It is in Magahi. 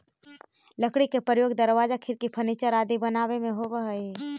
लकड़ी के प्रयोग दरवाजा, खिड़की, फर्नीचर आदि बनावे में होवऽ हइ